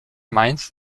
mainz